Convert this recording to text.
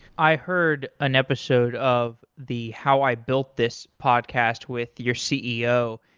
i heard an episode of the how i built this podcast with your ceo,